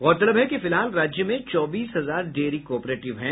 गौरतलब है कि फिलहाल राज्य में चौबीस हजार डेयरी कॉपरेटिव हैं